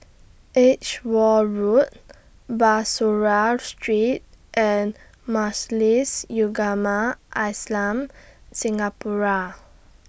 Edgeware Road Bussorah Street and Majlis Ugama Islam Singapura